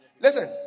listen